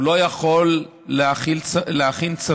הוא לא יכול להכין צווים,